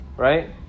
Right